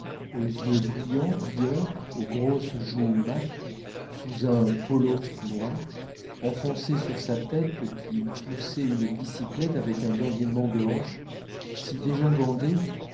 aux yeux brillants rieurs aux grosses joues mates sous un polo noir enfoncé sur sa tête qui poussait une bicyclette avec un dandinement de hanches si dégingandé